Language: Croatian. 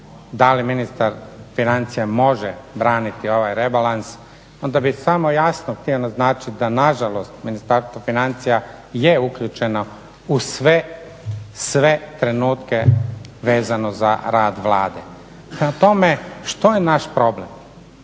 da li ministar financija može braniti ovaj rebalans onda bi samo jasno htio naznačiti da nažalost, Ministarstvo financija je uključeno u sve trenutke vezano za rad Vlade. Prema tome, što je naš problem?